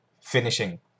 finishing